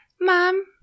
Mom